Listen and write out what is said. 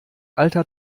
alter